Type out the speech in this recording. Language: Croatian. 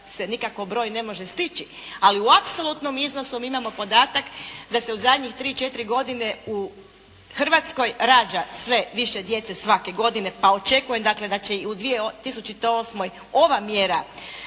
se nikako broj ne može stići. Ali u apsolutnom iznosu mi imamo podatak da se u zadnje tri, četiri godine u Hrvatskoj rađa sve više djece svake godine, pa očekujem dakle da će i u 2008. ova mjera